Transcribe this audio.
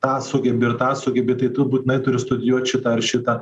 tą sugebi ir tą sugebi tai tu būtinai turi studijuot šitą ar šitą